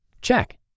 Check